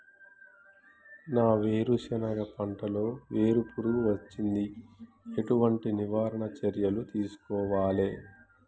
మా వేరుశెనగ పంటలలో వేరు పురుగు వచ్చింది? ఎటువంటి నివారణ చర్యలు తీసుకోవాలే?